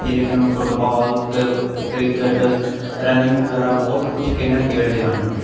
ਖੇ ਫੁੱਟਬਾਲ ਕ cricket running ਵਗੈਰਾ ਬਹੁਤ ਕੁਝ ਖੇਡਾਂ ਖੇਡਦੇ ਹਨ